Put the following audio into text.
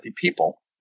people